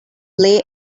play